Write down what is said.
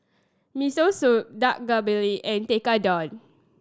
Miso Soup Dak Galbi and Tekkadon